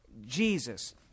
Jesus